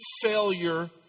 failure